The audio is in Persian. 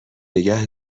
نگه